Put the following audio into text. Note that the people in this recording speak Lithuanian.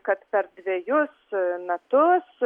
kad per dvejus metus